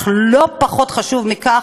אך לא פחות חשוב מזה,